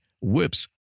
whips